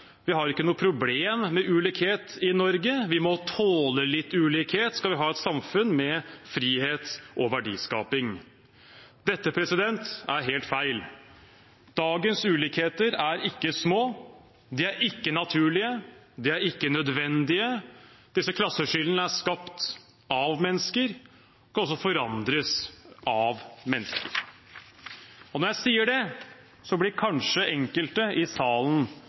at vi ikke har problem med ulikhet i Norge, vi må tåle litt ulikhet skal vi ha et samfunn med frihet og verdiskaping. Dette er helt feil. Dagens ulikheter er ikke små, de er ikke naturlige, de er ikke nødvendige – disse klasseskillene er skapt av mennesker og kan også forandres av mennesker. Når jeg sier det, blir kanskje enkelte i salen